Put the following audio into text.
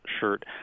shirt